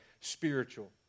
spiritual